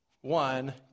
one